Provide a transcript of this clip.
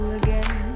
again